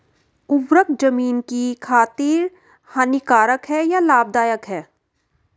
उर्वरक ज़मीन की खातिर हानिकारक है या लाभदायक है?